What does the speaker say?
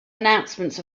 announcements